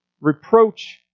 Reproach